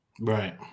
Right